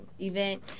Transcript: event